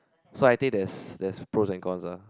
so I think there's pros and cons ah